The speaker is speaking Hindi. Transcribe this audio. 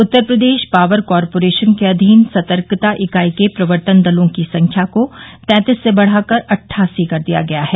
उत्तर प्रदेश पॉवर कारपोरेशन के अधीन सर्तकता इकाई के प्रवर्तन दलों की संख्या को तैंतीस से बढ़ाकर अट्ठासी कर दिया गया है